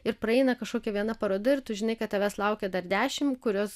ir praeina kažkokia viena paroda ir tu žinai kad tavęs laukia dar dešimt kurios